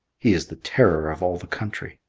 he is the terror of all the country.